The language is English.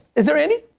is there any?